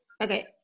okay